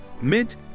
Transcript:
mint